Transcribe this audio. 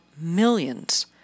millions